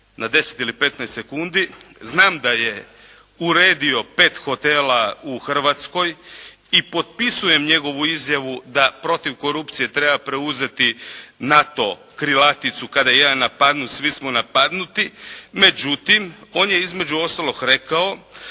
na 10 ili 15 sekundi. Znam da je uredio 5 hotela u Hrvatskoj i potpisujem njegovu izjavu da protiv korupcije treba preuzeti NATO krilaticu kada je jedan napadnut svi smo napadnuti. Međutim on je između ostalog rekao